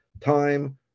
time